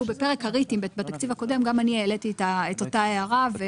בתקציב הקודם גם אני העליתי את אותה הערה.